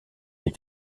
des